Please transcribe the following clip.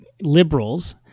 liberals